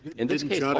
in this case